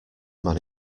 man